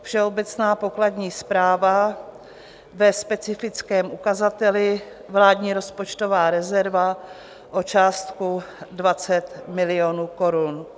Všeobecná pokladní správa ve specifickém ukazateli Vládní rozpočtová rezerva o částku 20 milionů korun.